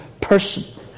person